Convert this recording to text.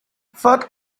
first